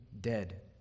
dead